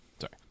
sorry